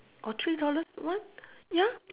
or three dollars one ya